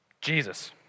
Jesus